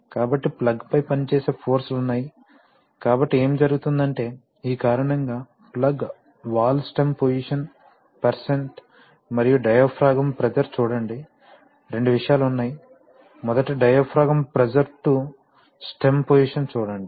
కాబట్టి ప్లగ్పై పనిచేసే ఫోర్స్ లు ఉన్నాయి కాబట్టి ఏమి జరుగుతుందంటే ఈ కారణంగా plug valve stem position percent మరియు డయాఫ్రాగమ్ ప్రెషర్ చూడండి రెండు విషయాలు ఉన్నాయి మొదట diaphragm pressure to stem position చూడండి